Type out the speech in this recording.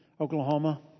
Oklahoma